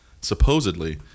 Supposedly